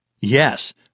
Yes